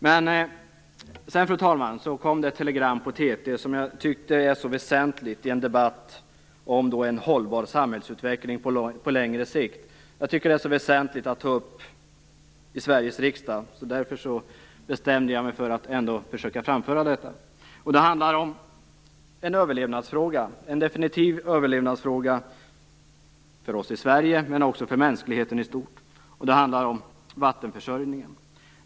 Det kom emellertid ett telegram på TT som jag tycker är så väsentligt att ta upp i Sveriges riksdag i en debatt om en hållbar samhällsutveckling på längre sikt att jag bestämde mig för att ändå försöka framföra detta. Det handlar om en överlevnadsfråga för oss i Sverige och för mänskligheten i stort. Det handlar om vattenförsörjningen.